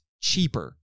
cheaper